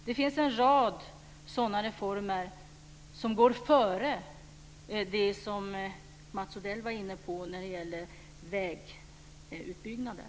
Det finns en rad sådana reformer som går före det Mats Odell var inne på i fråga om vägutbyggnaden.